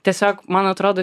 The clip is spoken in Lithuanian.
tiesiog man atrodo